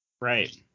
Right